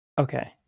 Okay